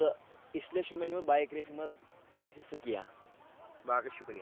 تہٕ اس لیے چھُنہٕ مےٚ نِمُت بایک ریسِنٛگ منٛز حِصہٕ کینٛہہ باقٕے شُکریہ